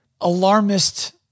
alarmist